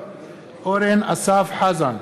אורן אסף חזן,